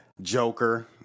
Joker